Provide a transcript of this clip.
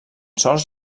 sols